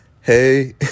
Hey